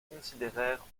considérèrent